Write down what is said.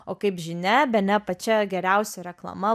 o kaip žinia bene pačia geriausia reklama